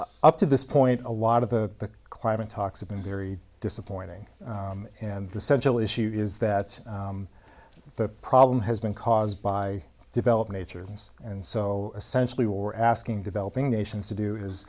p to this point a lot of the climate talks have been very disappointing and the central issue is that the problem has been caused by developed nathans and so essentially we're asking developing nations to do is